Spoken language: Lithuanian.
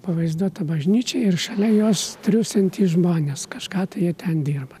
pavaizduota bažnyčia ir šalia jos triūsiantys žmonės kažką tai jie ten dirba